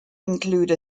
include